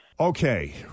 Okay